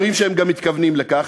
אומרים שהם גם מתכוונים לכך,